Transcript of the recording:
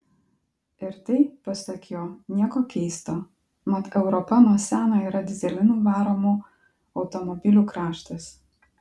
ir tai pasak jo nieko keisto mat europa nuo seno yra dyzelinu varomų automobilių kraštas